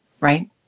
right